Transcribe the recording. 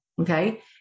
Okay